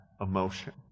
emotion